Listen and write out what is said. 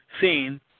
seen